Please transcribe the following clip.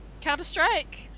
Counter-Strike